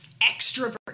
extroverted